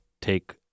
take